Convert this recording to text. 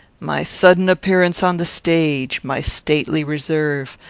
my sudden appearance on the stage, my stately reserve,